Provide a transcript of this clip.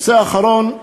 נושא אחרון,